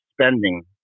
spending